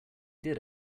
did